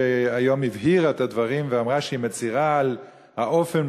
שהיום הבהירה את הדברים ואמרה שהיא מצרה על האופן